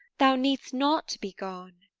thou need'st not to be gone.